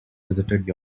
visited